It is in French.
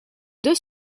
deux